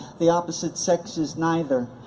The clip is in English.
the opposite sex is neither.